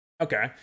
okay